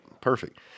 perfect